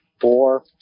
four